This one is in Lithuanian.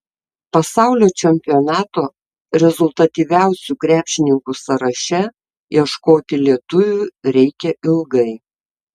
pasaulio čempionato rezultatyviausių krepšininkų sąraše ieškoti lietuvių reikia ilgai